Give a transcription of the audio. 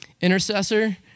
intercessor